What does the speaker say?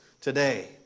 today